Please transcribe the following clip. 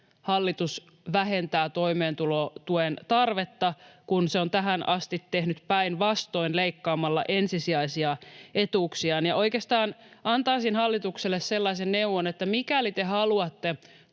hallitus vähentää toimeentulotuen tarvetta, kun se on tähän asti tehnyt päinvastoin, leikkaamalla ensisijaisia etuuksia. Oikeastaan antaisin hallitukselle sellaisen neuvon, että mikäli te haluatte